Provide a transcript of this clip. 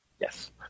yes